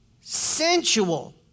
sensual